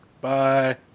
Bye